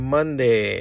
Monday